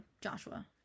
Joshua